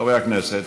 חברי הכנסת,